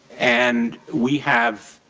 and we have